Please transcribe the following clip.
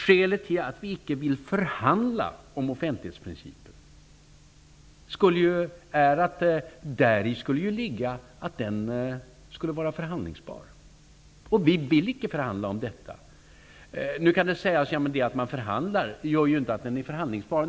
Skälet till att vi icke vill förhandla om offentlighetsprincipen är att däri skulle ligga att den skulle vara förhandlingsbar, och vi vill icke förhandla om detta. Nu kan det sägas att det att man förhandlar inte gör offentlighetsprincipen förhandlingsbar.